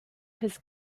his